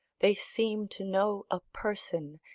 they seem to know a person,